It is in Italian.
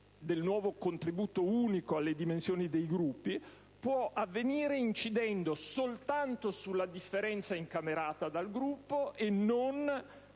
del nuovo contributo unico alle dimensioni dei Gruppi può avvenire incidendo soltanto sulla differenza incamerata dal Gruppo e